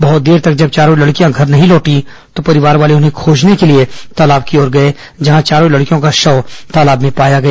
बहत देर तक जब चारों लड़कियां घर नहीं लौटी तो परिवार वाले उन्हें खोजने के लिए तालाब की ओर गए जहां चारों लड़कियों का शव तालाब में पाया गया